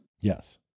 Yes